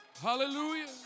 Hallelujah